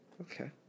Okay